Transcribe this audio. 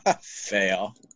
Fail